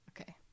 Okay